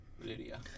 Lydia